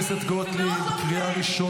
מה קרה, ממי?